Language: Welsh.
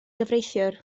gyfreithiwr